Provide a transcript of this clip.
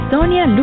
Sonia